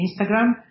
Instagram